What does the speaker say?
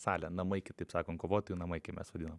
salė namai kitaip sakant kovotojų namai kaip mes vadinam